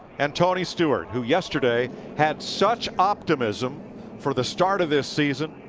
and tony stewart, who yesterday had such optimism for the start of this season.